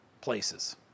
places